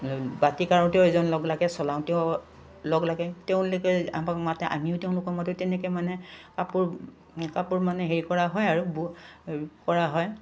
বাতি কাৰোতেও এজন লগ লাগে চলাওঁতেও লগ লাগে তেওঁলোকে আমাক মাতে আমিও তেওঁলোকক মাতো তেনেকৈ মানে কাপোৰ কাপোৰ মানে হেৰি কৰা হয় আৰু বু কৰা হয়